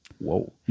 Whoa